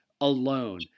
alone